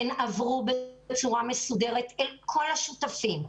הן עברו בצורה מסודרת אל כל השותפים.